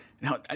Now